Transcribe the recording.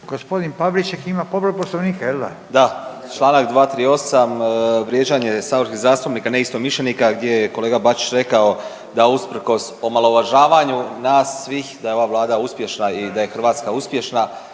Marijan (Hrvatski suverenisti)** Da. Čl. 238, vrijeđanje saborskih zastupnika neistomišljenika gdje je kolega Bačić rekao da usprkos omalovažavanju nas svih, da je ova Vlada uspješna i da je Hrvatska uspješna.